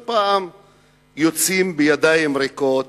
וכל פעם היו יוצאים בידיים ריקות.